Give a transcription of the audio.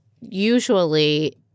usually